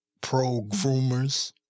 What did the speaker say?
pro-groomers